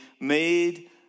made